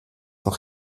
noch